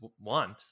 want